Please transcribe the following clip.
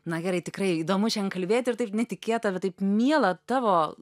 na gerai tikrai įdomu šian kalbėti ir taip netikėta bet taip miela tavo